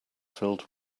filled